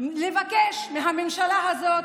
לבקש מהממשלה הזאת